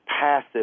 passive